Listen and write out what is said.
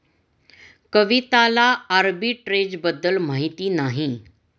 कविताला आर्बिट्रेजबद्दल माहिती नाही